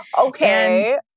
Okay